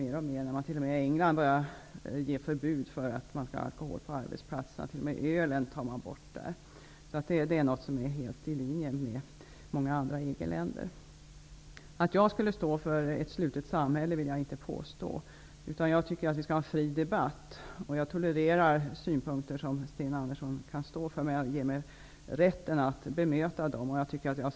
Man börjar i England införa förbud mot alkohol på arbetsplatserna. Man tar där t.o.m. bort ölet. Det är helt i linje med många andra EG-länders linje. Jag vill inte hålla med om att jag skulle stå för ett slutet samhälle. Jag tycker att vi skall ha en fri debatt. Jag tolererar synpunkter som Sten Andersson kan stå för, men jag tar mig rätten att bemöta dem.